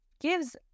gives